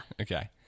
Okay